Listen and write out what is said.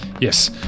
Yes